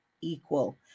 equal